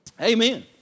Amen